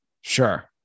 Sure